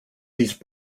these